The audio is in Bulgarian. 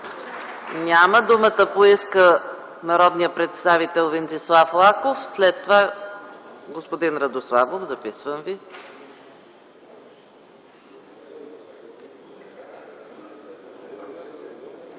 Няма. Думата поиска народният представител Венцислав Лаков, след това – господин Радославов. ВЕНЦИСЛАВ